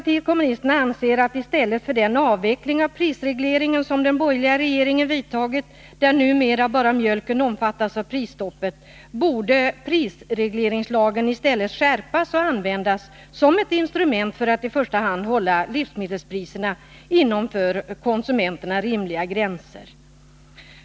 I stället för den avveckling av prisregleringen som den borgerliga regeringen vidtagit — numera omfattas bara mjölken av prisstoppet — borde prisregleringslagen skärpas och användas som ett instrument för att i första hand hålla livsmedelspriserna inom för konsumenterna rimliga gränser.